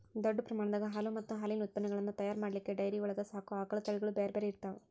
ದೊಡ್ಡ ಪ್ರಮಾಣದಾಗ ಹಾಲು ಮತ್ತ್ ಹಾಲಿನ ಉತ್ಪನಗಳನ್ನ ತಯಾರ್ ಮಾಡ್ಲಿಕ್ಕೆ ಡೈರಿ ಒಳಗ್ ಸಾಕೋ ಆಕಳ ತಳಿಗಳು ಬ್ಯಾರೆ ಇರ್ತಾವ